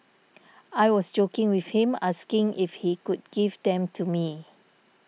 I was joking with him asking if he could give them to me